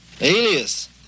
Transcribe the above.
Alias